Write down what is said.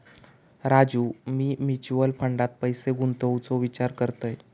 राजू, मी म्युचल फंडात पैसे गुंतवूचो विचार करतय